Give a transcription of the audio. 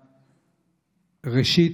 ראשית,